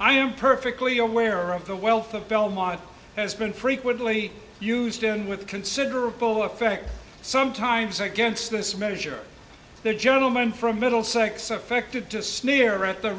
i am perfectly aware of the wealth of belmont has been frequently used in with considerable effect sometimes against this measure the gentleman from middlesex affected to sneer at the